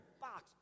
box